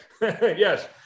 Yes